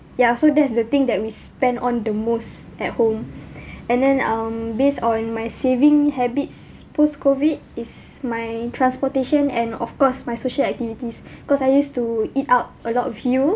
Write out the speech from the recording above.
ya so that's the thing that we spend on the most at home and then um based on my saving habits post-COVID it's my transportation and of course my social activities cause I used to eat out a lot with you